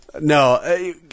No